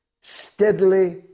steadily